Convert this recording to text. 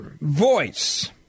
voice